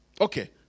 Okay